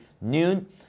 noon